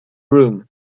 room